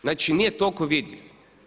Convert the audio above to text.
Znači, nije toliko vidljiv.